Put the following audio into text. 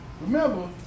Remember